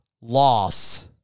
loss